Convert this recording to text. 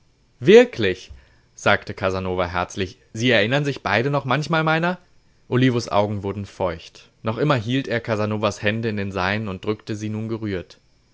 wirklich sagte casanova herzlich sie erinnerte sich beide noch manchmal meiner olivos augen wurden feucht noch immer hielt er casanovas hände in den seinen und drückte sie nun gerührt